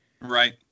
Right